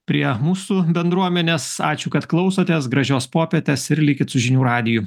prie mūsų bendruomenės ačiū kad klausotės gražios popietės ir likit su žinių radiju